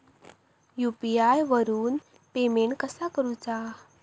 UPI वरून payment कसा करूचा?